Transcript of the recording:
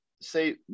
say